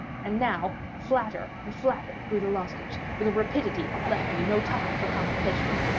and now, flatter and flatter grew the lozenge, with a rapidity that left me no time for contemplation.